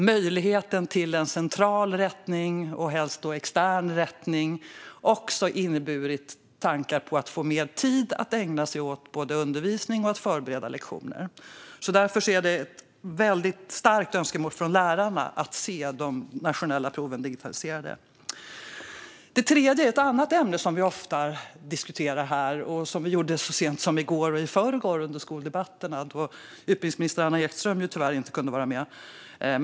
Möjligheten till en central, och helst extern, rättning kan göra att de får mer tid att ägna sig åt både undervisning och att förbereda lektioner. Därför är det ett väldigt starkt önskemål från lärarna att de nationella proven digitaliseras. Ett tredje skäl rör ett annat ämne som vi ofta diskuterar här. Vi gjorde det så sent som i går och i förrgår under skoldebatterna, då utbildningsminister Anna Ekström tyvärr inte kunde vara med.